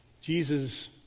Jesus